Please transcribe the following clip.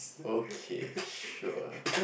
okay sure